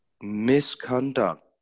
misconduct